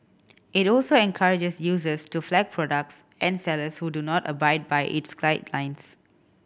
it also encourages users to flag products and sellers who do not abide by its guidelines